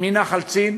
מנחל צין